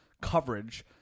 coverage